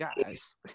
guys